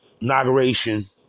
inauguration